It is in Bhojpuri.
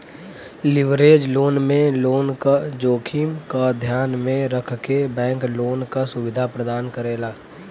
लिवरेज लोन में लोन क जोखिम क ध्यान में रखके बैंक लोन क सुविधा प्रदान करेला